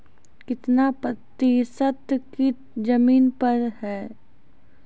कितना प्रतिसत कीट जमीन पर हैं?